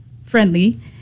friendly